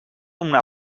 una